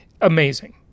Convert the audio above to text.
Amazing